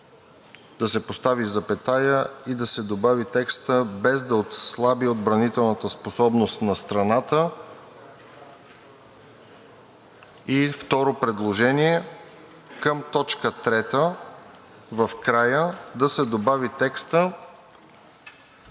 да се постави запетая и да се добави текстът „без да отслаби отбранителната способност на страната“. И второто предложение към т. 3 е в края да се добави текстът